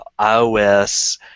iOS